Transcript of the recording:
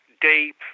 deep